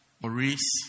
Maurice